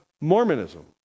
Mormonism